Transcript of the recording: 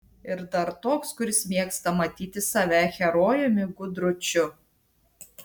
ir dar toks kuris mėgsta matyti save herojumi gudručiu